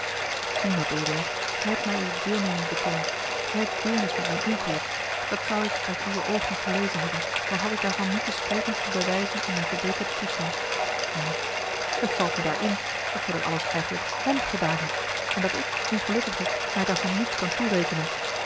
zie mabelia gij hebt mij uwe deelneming betoond gij hebt deernis met mijn ongeluk dat zou ik uit uwe oogen gelezen hebben al had ik daarvan niet de sprekendste bewijzen in mijn verbeterden toestand maar het valt me daar in dat gij dat alles eigenlijk hem gedaan hebt en dat ik ongelukkige mij daarvan niets kan toerekenen